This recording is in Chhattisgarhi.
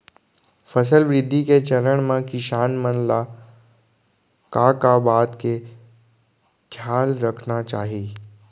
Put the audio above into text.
फसल वृद्धि के चरण म किसान मन ला का का बात के खयाल रखना चाही?